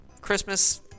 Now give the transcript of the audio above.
Christmas